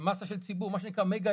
במסה של ציבור, מה שנקרא "מגה אירוע".